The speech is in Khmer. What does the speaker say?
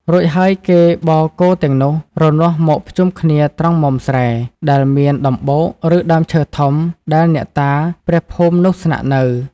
រួចហើយគេបរគោទាំងរនាស់មកភ្ជុំគ្នាត្រង់មុមស្រែ ដែលមានដំបូក ឬ ដើមឈើធំ ដែលអ្នកតាព្រះភូមិនោះស្នាក់នៅ។